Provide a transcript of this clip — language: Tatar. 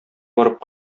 барып